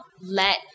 let